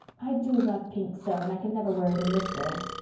i do love pink so and i can never wear it in this world.